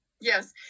Yes